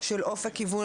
של אופק איבון